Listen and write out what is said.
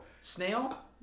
Snail